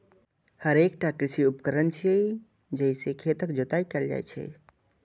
हर एकटा कृषि उपकरण छियै, जइ से खेतक जोताइ कैल जाइ छै